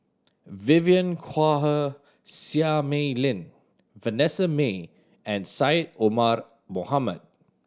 Vivien Quahe Seah Mei Lin Vanessa Mae and Syed Omar Mohamed